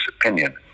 opinion